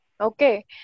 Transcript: Okay